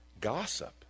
Gossip